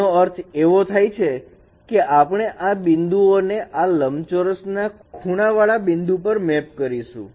તેનો અર્થ એવો થાય છે કે આપણે આ બિંદુઓ ને આ લંબચોરસ ના ખૂણા વાળા બિંદુ પર મેપ કરીશું